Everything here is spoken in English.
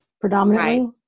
predominantly